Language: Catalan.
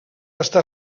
està